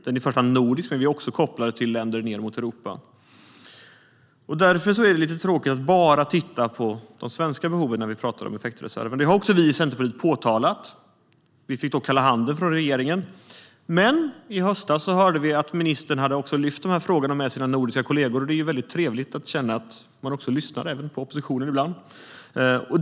Den är i första hand nordisk, men den är också kopplad till länder nere i Europa. Därför är det lite tråkigt att bara titta på de svenska behoven när vi pratar om effektreserven. Det har också vi i Centerpartiet påtalat. Vi fick då kalla handen från regeringen. Men i höstas hörde vi att ministern hade lyft de här frågorna med sina nordiska kolleger, och det är trevligt att känna att man även lyssnar på oppositionen ibland.